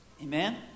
Amen